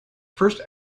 first